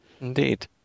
Indeed